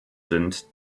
sind